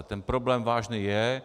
Ten problém vážný je.